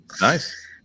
nice